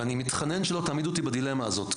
ואני מתחנן שלא תעמידו אותי בדילמה הזאת.